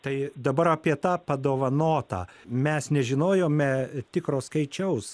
tai dabar apie tą padovanotą mes nežinojome tikro skaičiaus